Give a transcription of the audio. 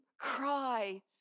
cry